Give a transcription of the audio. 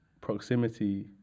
proximity